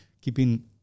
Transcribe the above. Keeping